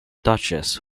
duchess